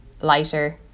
lighter